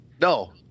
No